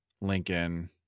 lincoln